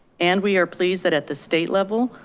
and we are pleased that at the state level,